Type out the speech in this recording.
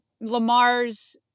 Lamar's